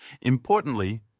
Importantly